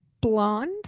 blonde